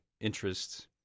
interests